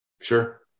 Sure